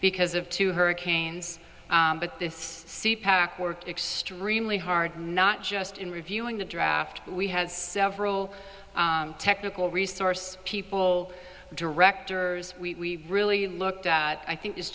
because of two hurricanes but this super pac worked extremely hard not just in reviewing the draft we had several technical resource people directors we really looked at i think is